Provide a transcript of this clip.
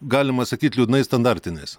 galima sakyt liūdnai standartinės